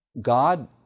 God